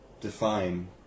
define